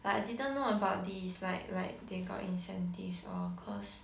like I didn't know about this like like they got incentives all cause